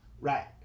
Right